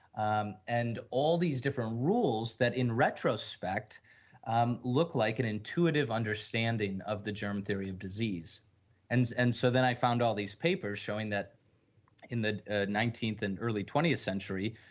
um and all these different rules that in retrospect um look like an intuitive understanding of the germ theory of disease and and so, then i found all these papers showing that in the nineteenth and early twentieth century,